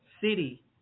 city